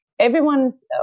everyone's